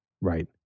Right